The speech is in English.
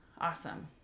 Awesome